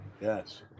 yes